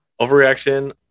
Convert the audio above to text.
Overreaction